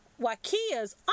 Wakia's